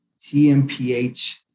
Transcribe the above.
TMPH